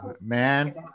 Man